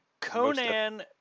Conan